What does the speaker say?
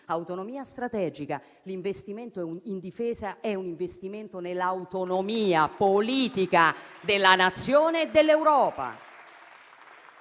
autonomia strategica: quello nella difesa è un investimento nell'autonomia politica della Nazione e dell'Europa.